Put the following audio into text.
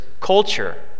culture